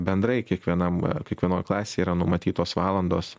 bendrai kiekvienam kiekvienoj klasėj yra numatytos valandos